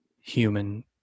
human